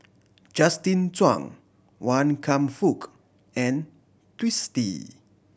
Justin Zhuang Wan Kam Fook and Twisstii